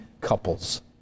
couples